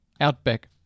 Outback